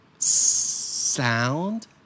Sound